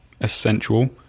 essential